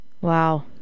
Wow